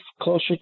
closer